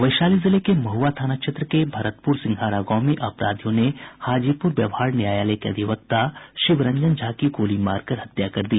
वैशाली जिले के महुआ थाना क्षेत्र के भरतपुर सिंघारा गांव में अपराधियों ने हाजीपूर व्यवहार न्यायालय के अधिवक्ता शिवरंजन झा की गोली मारकर हत्या कर दी